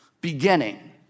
beginning